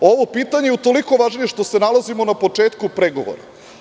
Ovo pitanje je utoliko važnije što se nalazimo na početku pregovora.